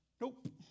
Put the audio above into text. Nope